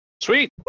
Sweet